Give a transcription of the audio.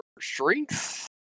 strength